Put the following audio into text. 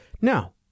Now